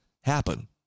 happen